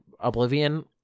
oblivion